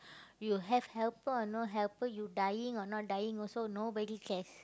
you have helper or no helper you dying or not dying also nobody cares